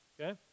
Okay